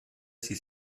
sie